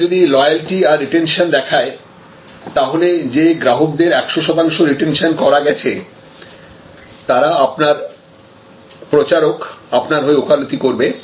এটা যদি লয়ালটি আর রিটেনশন দেখায় তাহলে যে গ্রাহকদের 100 শতাংশ রিটেনশন করা গেছে তারা আপনার প্রচারক আপনার হয়ে ওকালতি করবে